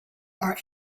are